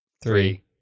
Three